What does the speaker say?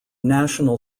national